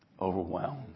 overwhelmed